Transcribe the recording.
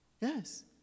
Yes